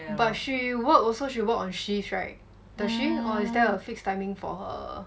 but she work also she work on shifts right does she or is there a fixed timing for her